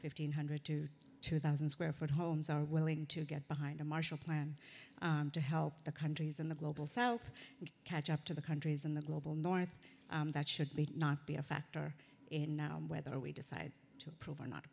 hundred to two thousand square foot homes are willing to get behind a marshall plan to help the countries in the global south catch up to the countries in the global north that should not be a factor in now whether we decide to prove or not